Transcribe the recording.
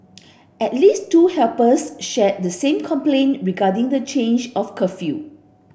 at least two helpers shared the same complaint regarding the change of curfew